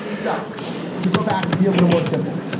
so to go back. be a little more simple.